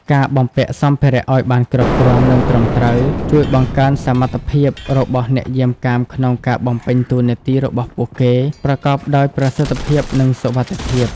ការបំពាក់សម្ភារៈឲ្យបានគ្រប់គ្រាន់ និងត្រឹមត្រូវ ជួយបង្កើនសមត្ថភាពរបស់អ្នកយាមកាមក្នុងការបំពេញតួនាទីរបស់ពួកគេប្រកបដោយប្រសិទ្ធភាព និងសុវត្ថិភាព។